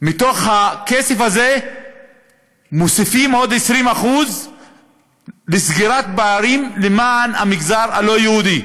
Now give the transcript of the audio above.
לכסף הזה מוסיפים עוד 20% לסגירת פערים למען המגזר הלא-יהודי.